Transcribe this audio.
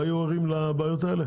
לא היו ערים לבעיות האלה?